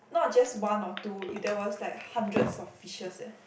not just one or two you there was like hundreds of fishes eh